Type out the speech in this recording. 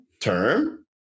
term